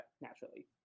naturally